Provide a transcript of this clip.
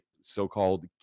so-called